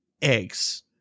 eggs